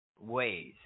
Ways